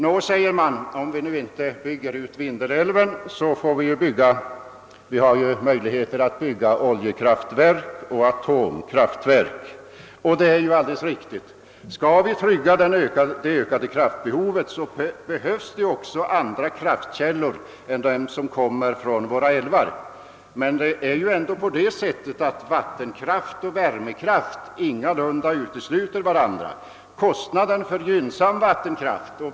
Nå, säger man, om vi nu inte bygger ut Vindelälven, så har vi ju ändå möjligheter att bygga oljekraftverk och atomkraftverk. Det är alldeles riktigt. Skall vi trygga det ökade kraftbehovet behövs också andra kraftkällor än de som baseras på våra älvar. Men det är ändå på det sättet att vattenkraft och värmekraft ingalunda utesluter varandra. Vindelälven anses ju vara ett gynnsamt projekt.